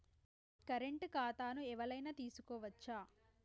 Current ఖాతాను ఎవలైనా తీసుకోవచ్చా?